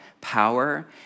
power